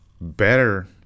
better